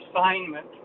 assignment